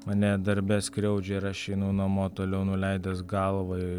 mane darbe skriaudžia ir aš einu namo toliau nuleidęs galvą